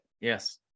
Yes